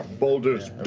boulders, but